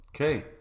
Okay